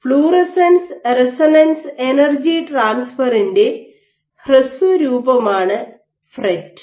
fluorescence resonance energy ട്രാൻസ്ഫറിൻറെ ഹ്രസ്വ രൂപമാണ് ഫ്രെറ്റ്